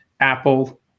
Apple